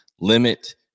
limit